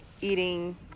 Eating